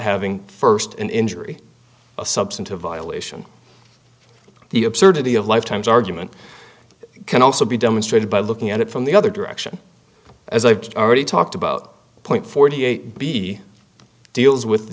having first an injury a substantive violation the absurdity of lifetimes argument can also be demonstrated by looking at it from the other direction as i've already talked about point forty eight b deals with the